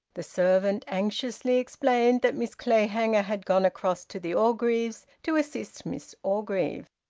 the servant anxiously explained that miss clayhanger had gone across to the orgreaves' to assist miss orgreave.